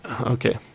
okay